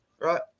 right